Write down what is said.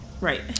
Right